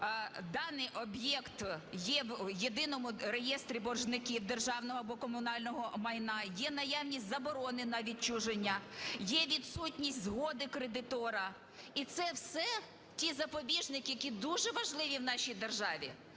даний об'єкт є в єдиному реєстрі боржників державного або комунального майна, є наявність заборони на відчуження, є відсутність згоди кредитора. І це все ті запобіжники, які дуже важливі в нашій державі.